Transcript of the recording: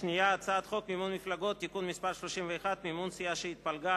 הצעת חוק מימון מפלגות (תיקון מס' 31) (מימון סיעה שהתפלגה),